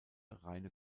reine